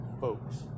Folks